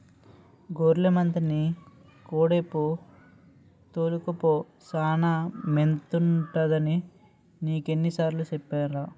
గొర్లె మందని కొండేపు తోలుకపో సానా మేతుంటదని నీకెన్ని సార్లు సెప్పాలా?